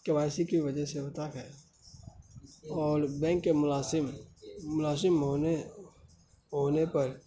کے Y C کی وجہ سے ہوتا ہے اور بینک کے ملازم ملازم ہونے ہونے پر